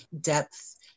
depth